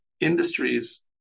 industries